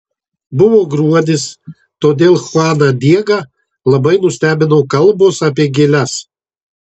buvo gruodis todėl chuaną diegą labai nustebino kalbos apie gėles